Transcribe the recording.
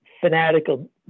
fanatical